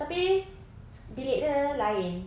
tapi bilik dia lain